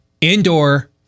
Indoor